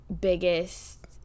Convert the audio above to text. biggest